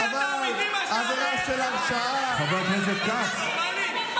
אבל עבירה של הרשעה, תגיד לי,